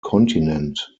kontinent